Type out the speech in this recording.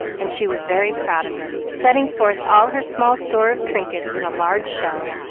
and she was very proud of it, setting forth all her small store of trinkets in a large shell,